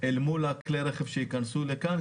אל מול כלי הרכב שייכנסו לכאן.